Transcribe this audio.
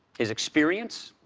his experience,